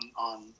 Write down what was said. on